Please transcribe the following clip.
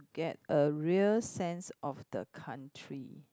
get a real sense of the country